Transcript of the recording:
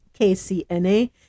KCNA